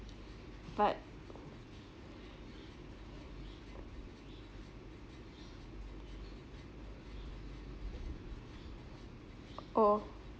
but oh